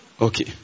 Okay